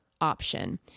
option